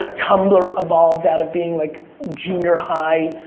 ah tumblr evolved out of being like junior high,